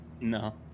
No